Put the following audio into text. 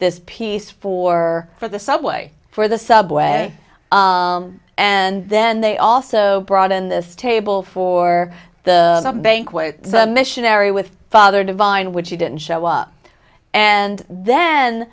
this piece for for the subway for the subway and then they also brought in this table for the banquet the missionary with father divine which he didn't show up and then